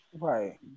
right